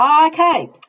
Okay